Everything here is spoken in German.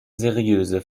seriöse